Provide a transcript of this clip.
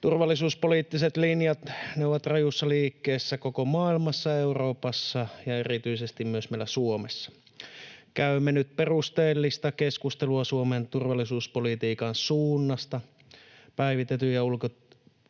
Turvallisuuspoliittiset linjat ovat rajussa liikkeessä koko maailmassa, Euroopassa ja erityisesti myös meillä Suomessa. Käymme nyt perusteellista keskustelua Suomen turvallisuuspolitiikan suunnasta päivitetyn